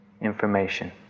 information